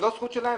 זאת לא זכות שלהן?